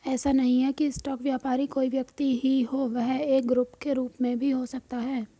ऐसा नहीं है की स्टॉक व्यापारी कोई व्यक्ति ही हो वह एक ग्रुप के रूप में भी हो सकता है